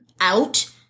out